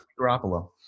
Garoppolo